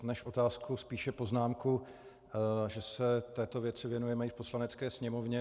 Než otázku, spíše poznámku, že se této věci věnujeme i v Poslanecké sněmovně.